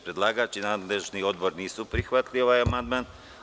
Predlagač i nadležni Odbor nisu prihvatili amandman.